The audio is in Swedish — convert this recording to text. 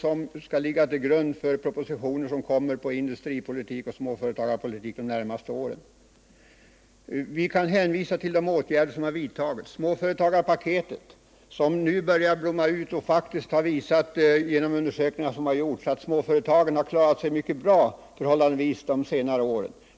De skall ligga till grund för propositioner som rör industripolitik och småföretagarpolitik och som skall komma de närmaste åren. Vi kan vidare hänvisa till åtgärder som redan har vidtagits, såsom småföretagarpaketet, som nu börjar ge resultat. Undersökningar som har gjorts har faktiskt visat att småföretagen har klarat sig förhållandevis bra under de senare åren.